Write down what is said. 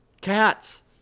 Cats